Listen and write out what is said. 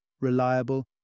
reliable